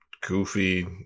goofy